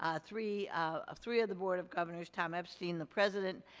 ah three of three of the board of governors, tom ebsky and the president,